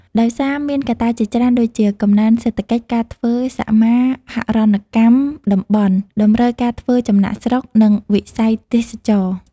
ដោយសារមានកត្តាជាច្រើនដូចជា កំណើនសេដ្ឋកិច្ច ការធ្វើសមាហរណកម្មតំបន់ តម្រូវការធ្វើចំណាកស្រុក និងវិស័យទេសចរណ៍។